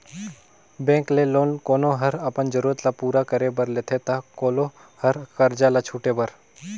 bank ले loan कोनो हर अपन जरूरत ल पूरा करे बर लेथे ता कोलो हर करजा ल छुटे बर